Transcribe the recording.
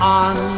on